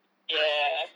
ya